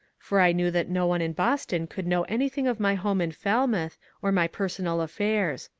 for i knew that no one in boston could know anything of my home in falmouth or my personal affairs.